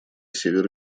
север